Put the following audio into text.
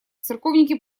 церковники